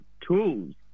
tools